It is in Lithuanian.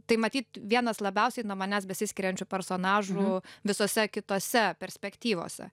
tai matyt vienas labiausiai nuo manęs besiskiriančių personažų visose kitose perspektyvose